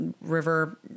river